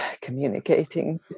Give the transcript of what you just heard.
communicating